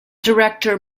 director